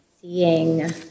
Seeing